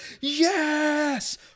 yes